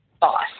boss